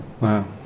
Wow